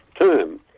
term